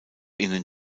ihnen